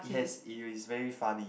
it has it is very funny